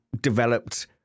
developed